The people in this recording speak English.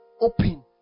open